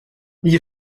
gli